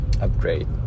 upgrade